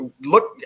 look